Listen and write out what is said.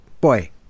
boy